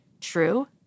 true